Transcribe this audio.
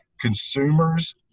consumers